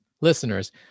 Listeners